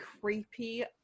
creepy